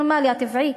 הנורמלי הטבעי,